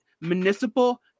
municipal